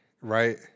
right